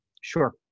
Sure